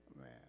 Man